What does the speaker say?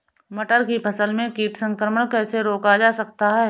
मटर की फसल में कीट संक्रमण कैसे रोका जा सकता है?